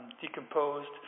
decomposed